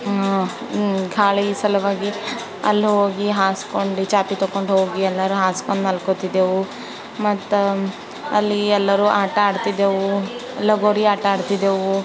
ಗಾಳಿ ಸಲುವಾಗಿ ಅಲ್ಲಿ ಹೋಗಿ ಹಾಸ್ಕೊಂಡು ಚಾಪೆ ತಗೊಂಡು ಹೋಗಿ ಎಲ್ಲರು ಹಾಸ್ಕೊಂಡು ಮಲ್ಕೋತಿದ್ದೆವು ಮತ್ತೆ ಅಲ್ಲಿ ಎಲ್ಲರೂ ಆಟ ಆಡ್ತಿದ್ದೆವು ಲಗೋರಿ ಆಟ ಆಡ್ತಿದ್ದೆವು